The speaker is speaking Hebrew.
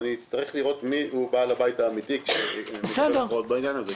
אצטרך לראות מי הוא בעל הבית האמיתי בעניין הזה.